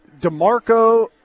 DeMarco